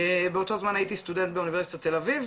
באותו זמן הייתי סטודנט באוניברסיטת תל אביב,